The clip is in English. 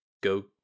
go